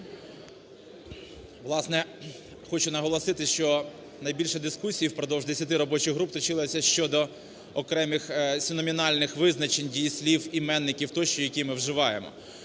Власне, хочу наголосити, що найбільша дискусія впродовж 10 робочих груп точилася щодо окремих синомінальних визначень дієслів, іменників тощо, які ми вживаємо.